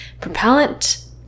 propellant